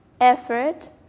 effort